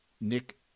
Nick